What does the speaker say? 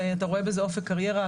אתה רואה בזה אופק קריירה,